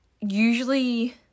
usually